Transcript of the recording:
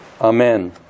Amen